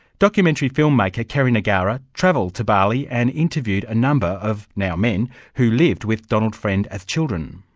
documentary film-maker, kerry negara travelled to bali and interviewed a number of now men who lived with donald friend as children.